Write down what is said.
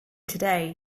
today